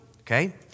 okay